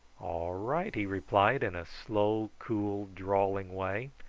all right! he replied in a slow cool drawling way,